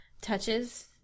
Touches